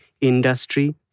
Industry